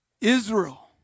Israel